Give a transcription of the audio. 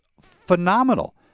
phenomenal